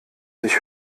sich